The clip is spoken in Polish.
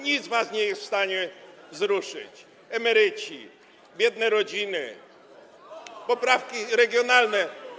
Nic was nie jest w stanie wzruszyć - emeryci, biedne rodziny, poprawki regionalne.